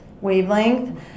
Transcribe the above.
wavelength